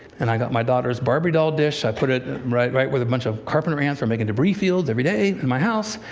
and i got my daughter's barbie doll dish, i put it right right where a bunch of carpenter ants were making debris fields, every day, in my house,